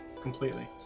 completely